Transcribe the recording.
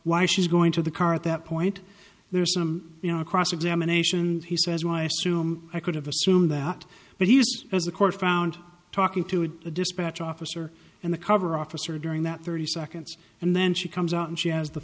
why she's going to the car at that point there's some you know cross examination he says well i assume i could have assumed that but he's has a court found talking to the dispatch officer and the cover officer during that thirty seconds and then she comes out and she has the